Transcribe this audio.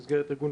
במסגרת ארגון,